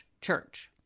church